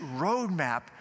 roadmap